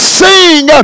sing